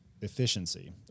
efficiency